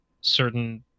certain